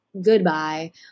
goodbye